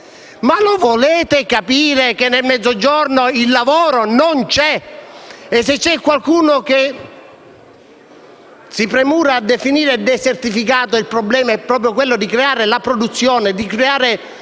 Lo volete capire che nel Mezzogiorno il lavoro non c'è? Se c'è qualcuno che si premura di definire desertificato quel territorio, il problema è proprio quello di creare la produzione, i processi